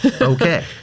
okay